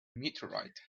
meteorite